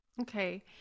Okay